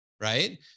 right